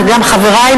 וגם חברי,